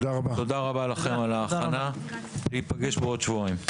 תודה רבה לכם על ההכנה, ניפגש בעוד שבועיים.